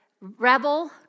rebel